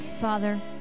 Father